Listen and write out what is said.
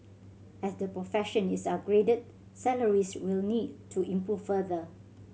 as the profession is upgraded salaries will need to improve further